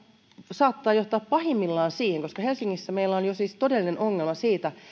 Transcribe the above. saattaa johtaa pahimmillaan siihen koska helsingissä meillä siis on jo todellinen ongelma siitä